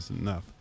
enough